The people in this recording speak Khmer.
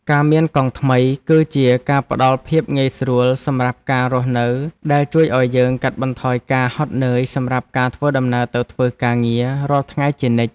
ការមានកង់ថ្មីគឺជាការផ្ដល់ភាពងាយស្រួលសម្រាប់ការរស់នៅដែលជួយឱ្យយើងកាត់បន្ថយការហត់នឿយសម្រាប់ការធ្វើដំណើរទៅធ្វើការងាររាល់ថ្ងៃជានិច្ច។